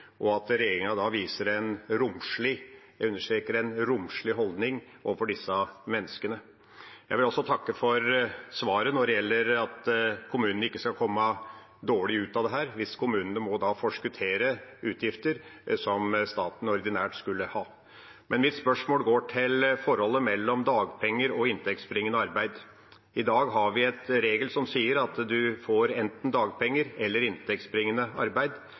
og regjeringa må vise en romslig holdning overfor disse menneskene. Jeg vil også takke for svaret når det gjelder spørsmålet om at kommunene ikke skal komme dårlig ut av dette, hvis kommunene må forskuttere utgifter som staten ordinært skulle hatt. Mitt spørsmål går på forholdet mellom dagpenger og inntektsbringende arbeid. I dag har vi en regel som sier at en får enten dagpenger eller inntektsbringende arbeid.